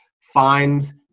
finds